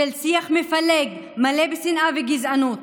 של שיח מפלג מלא בשנאה וגזענות.